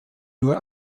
nur